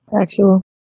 Actual